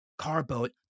Carboat